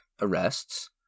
arrests